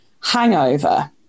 hangover